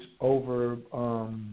over –